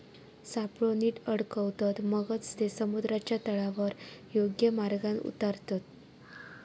सापळो नीट अडकवतत, मगच ते समुद्राच्या तळावर योग्य मार्गान उतारतत